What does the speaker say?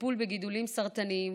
וטיפול בגידולים סרטניים